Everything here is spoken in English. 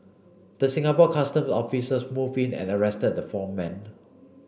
the Singapore Custom officers moved in and arrested the four men